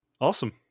awesome